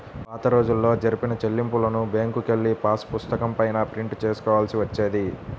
పాతరోజుల్లో జరిపిన చెల్లింపులను బ్యేంకుకెళ్ళి పాసుపుస్తకం పైన ప్రింట్ చేసుకోవాల్సి వచ్చేది